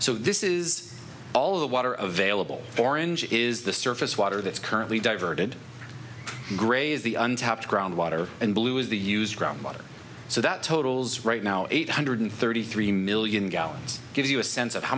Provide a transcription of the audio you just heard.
so this is all the water available orange is the surface water that's currently diverted graze the untapped groundwater and blue is the use groundwater so that totals right now eight hundred thirty three million gallons gives you a sense of how